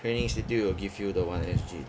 training institute will give you the one S_G